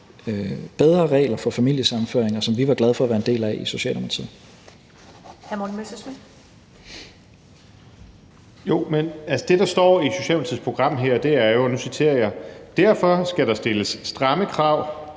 bedre regler for familiesammenføring, som vi var glade for at være en del af i Socialdemokratiet.